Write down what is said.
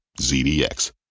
ZDX